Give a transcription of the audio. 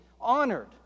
honored